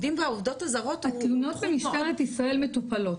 התלונות במשטרת ישראל מטופלות.